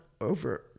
over